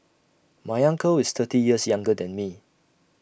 my uncle is thirty years younger than me